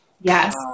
yes